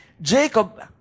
Jacob